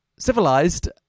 Civilized